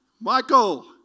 Michael